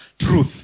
truth